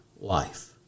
life